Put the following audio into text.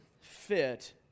fit